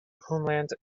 homeland